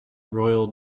royal